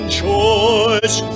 choice